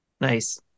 Nice